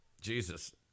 Jesus